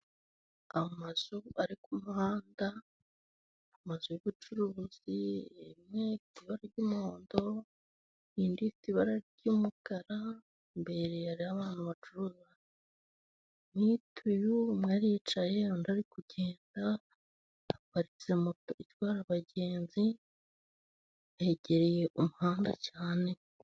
Amazu ari ku muhanda , amazu y'ubucuruzi , imwe ifite ibara ry'umuhondo , indi ifite ibara ry'umukara , imbere hariho abantu bacuruza mituyu , umwe aricaye, undi ari kugenda . Haparitse moto itwara abagenzi , hegereye umuhanda cyane.